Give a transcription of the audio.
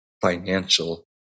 financial